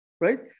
right